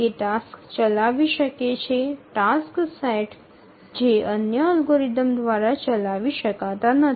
এটি টাস্কগুলি চালাতে পারে যা অন্য অ্যালগরিদম দ্বারা চালানো যায় না